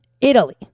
Italy